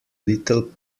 little